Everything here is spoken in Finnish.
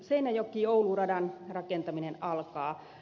seinäjokioulu radan rakentaminen alkaa